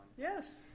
yes?